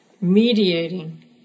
mediating